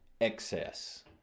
excess